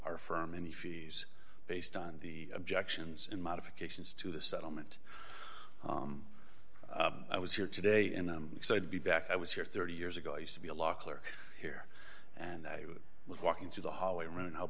our firm any fees based on the objections in modifications to the settlement i was here today and i'm excited to be back i was here thirty years ago i used to be a law clerk here and i was walking through the hallway running how